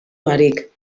barik